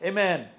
Amen